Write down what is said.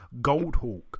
Goldhawk